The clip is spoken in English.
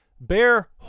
bear